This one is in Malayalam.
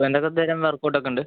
വരുന്നന്നേരം വർക്കൗട്ടൊക്കെയൊണ്ട്